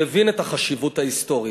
שהבין את החשיבות ההיסטורית.